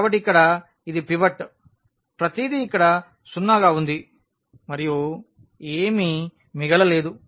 కాబట్టి ఇక్కడ ఇది పివట్ ప్రతిదీ ఇక్కడ 0 గా ఉంది మరియు ఏమీ మిగలలేదు